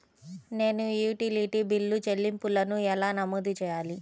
నేను utility bill చెల్లింపులను ఎలా నమోదు చేయాలి?